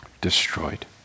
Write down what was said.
destroyed